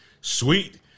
Sweet